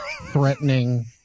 threatening